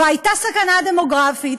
והייתה סכנה דמוגרפית.